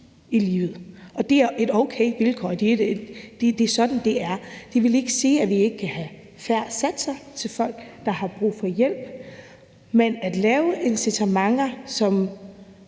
i livet. Det er et okay vilkår, at det er sådan, det er. Vi vil ikke sige, at vi ikke vil have færre satser for folk, der har brug for hjælp, men at lave incitamenter, som